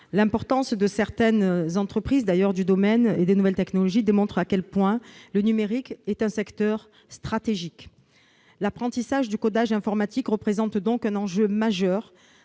L'importance de certaines entreprises du domaine des nouvelles technologies montre à quel point le numérique est un secteur stratégique. L'apprentissage du codage informatique représente donc un enjeu majeur